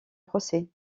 procès